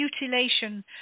mutilation